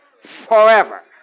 forever